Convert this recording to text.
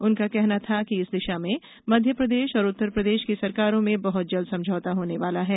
उनका कहना था कि इस दिशा में मध्य प्रदेश और उत्तर प्रदेश की सरकारों में बहत जल्द समझौता होने वाला है